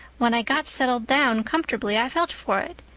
when i got settled down comfortably i felt for it.